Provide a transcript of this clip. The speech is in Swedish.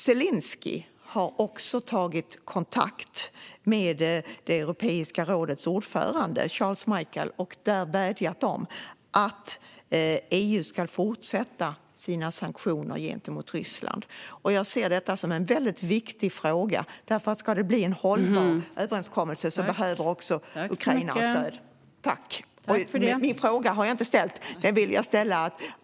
Zelenskyj har dessutom tagit kontakt med Europeiska rådets ordförande Charles Michel och vädjat om att EU ska fortsätta med sina sanktioner gentemot Ryssland. Jag ser detta som en väldigt viktig fråga, för om det ska bli en hållbar överenskommelse behöver Ukraina ha stöd.